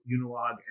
Unilog